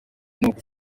n’uko